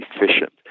efficient